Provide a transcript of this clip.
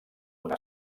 una